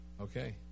Okay